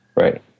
Right